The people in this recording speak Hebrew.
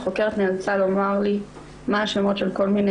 החוקרת מנסה לומר לי מה השמות של כל מיני